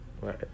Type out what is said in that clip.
Right